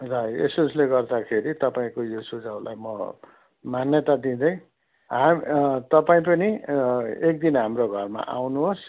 र यसउसले गर्दाखेरि तपाईँको यो सुझाउलाई म मान्यता दिँदै हा तपाईँ पनि एकदिन हाम्रो घरमा आउनुहोस्